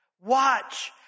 Watch